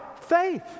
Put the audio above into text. faith